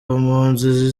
mpunzi